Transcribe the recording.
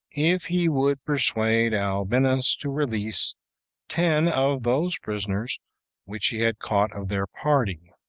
if he would persuade albinus to release ten of those prisoners which he had caught of their party